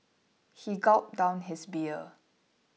he gulped down his beer